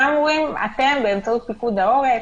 אתם, באמצעות פיקוד העורף,